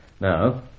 Now